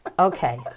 Okay